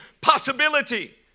possibility